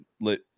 let